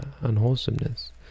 unwholesomeness